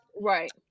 right